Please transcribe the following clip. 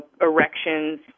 erections